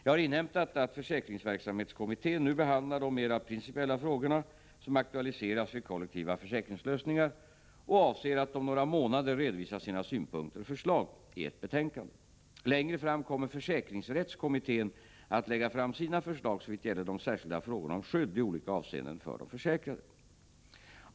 Jag har inhämtat att försäkringsverksamhetskommittén nu behandlar de mera principiella frågor som aktualiseras vid kollektiva försäkringslösningar och avser att om några månader redovisa sina synpunkter och förslag i ett betänkande. Längre fram kommer försäkringsrättskommittén att lägga fram sina förslag såvitt gäller de särskilda frågorna om skydd i olika avseenden för de försäkrade.